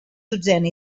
dotzena